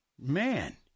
man